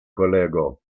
kolego